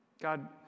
God